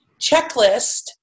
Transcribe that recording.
checklist